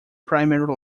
primary